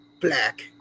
black